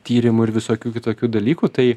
tyrimų ir visokių kitokių dalykų tai